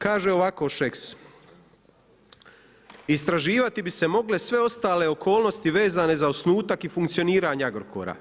Kaže ovako Šeks: „Istraživati bi se mogle sve ostale okolnosti vezane za osnutak i funkcioniranje Agrokora.